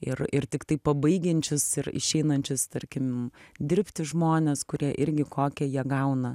ir ir tiktai pabaigiančius ir išeinančius tarkim dirbti žmones kurie irgi kokią jie gauna